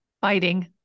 Fighting